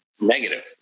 negative